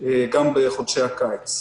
גם בחודשי הקיץ.